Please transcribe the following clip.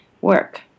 work